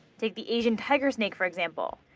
take the asian tiger snake, for example.